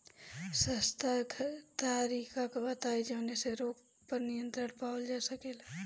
सस्ता तरीका बताई जवने से रोग पर नियंत्रण पावल जा सकेला?